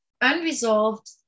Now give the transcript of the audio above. unresolved